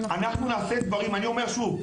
אני אומר שוב,